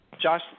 Josh